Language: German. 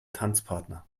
tanzpartner